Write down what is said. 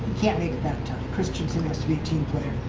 can't make it that tough. kristensen has to be a team player.